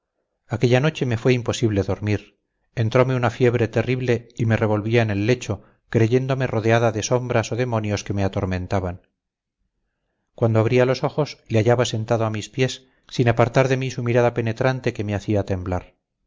aquella noche me fue imposible dormir entrome una fiebre terrible y me revolvía en el lecho creyéndome rodeada de sombras o demonios que me atormentaban cuando abría los ojos le hallaba sentado a mis pies sin apartar de mí su mirada penetrante que me hacía temblar